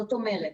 זאת אומרת,